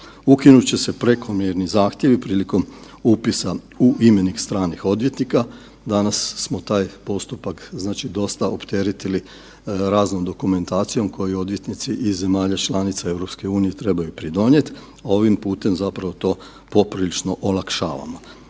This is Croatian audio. Ukinut će se prekomjerni zahtjevi prilikom upisa u imenik stranih odvjetnika. Danas smo taj postupak znači dosta opteretili raznom dokumentacijom koju odvjetnici iz zemalja članica EU trebaju pridonijeti. Ovim putem zapravo to poprilično olakšavamo.